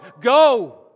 Go